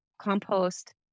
compost